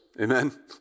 Amen